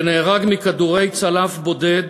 שנהרג מכדור צלף בודד